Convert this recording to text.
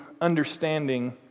understanding